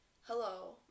hello